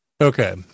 Okay